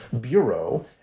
bureau